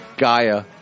Gaia